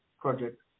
project